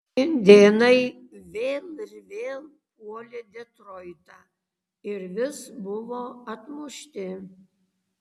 indėnai vėl ir vėl puolė detroitą ir vis buvo atmušti